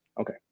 Okay